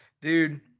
Dude